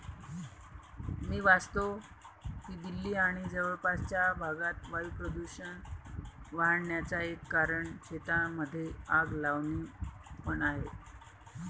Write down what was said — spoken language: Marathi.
मी वाचतो की दिल्ली आणि जवळपासच्या भागात वायू प्रदूषण वाढन्याचा एक कारण शेतांमध्ये आग लावणे पण आहे